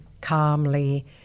calmly